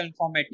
informatics